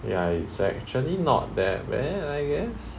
ya it's actually not that bad I guess